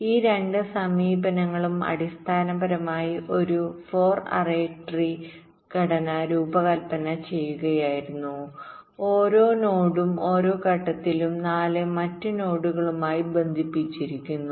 ഈ രണ്ട് സമീപനങ്ങളും അടിസ്ഥാനപരമായി ഒരു 4 അറേ ട്രീ ഘടന രൂപകൽപ്പന ചെയ്യുകയായിരുന്നു ഓരോ നോഡും ഓരോ ഘട്ടത്തിലും 4 മറ്റ് നോഡുകളുമായി ബന്ധിപ്പിച്ചിരിക്കുന്നു